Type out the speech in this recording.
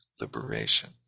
liberation